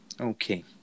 okay